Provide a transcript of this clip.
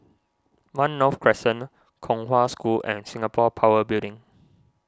one North Crescent Kong Hwa School and Singapore Power Building